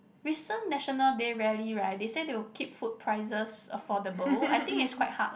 recent National Day rally right they say they will keep food prices affordable I think it's quite hard ah